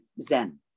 Zen